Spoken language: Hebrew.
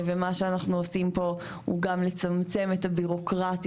ומה שאנחנו עושים פה הוא גם לצמצם את הבירוקרטיה